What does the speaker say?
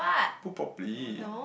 put properly